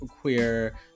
queer